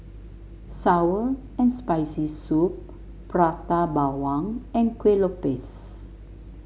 sour and Spicy Soup Prata Bawang and Kueh Lopes